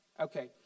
Okay